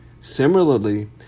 Similarly